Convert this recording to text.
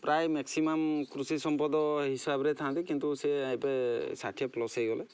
ପ୍ରାୟ ମେକ୍ସିମମ୍ କୃଷି ସମ୍ପଦ ହିସାବରେ ଥାଆନ୍ତି କିନ୍ତୁ ସେ ଏବେ ଷାଠିଏ ପ୍ଲସ୍ ହୋଇଗଲେ